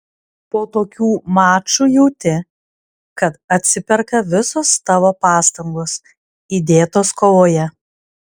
po tokių mačų jauti kad atsiperka visos tavo pastangos įdėtos kovoje